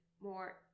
more